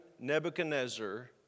Nebuchadnezzar